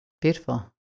Beautiful